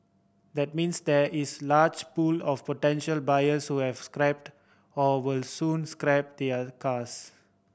that means there is large pool of potential buyers who have scrapped or will soon scrap their cars